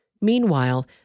Meanwhile